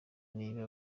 niba